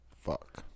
fuck